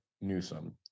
Newsom